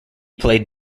played